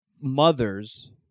mothers